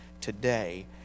today